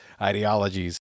ideologies